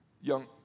young